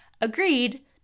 agreed